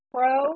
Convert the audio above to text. pro